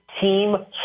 team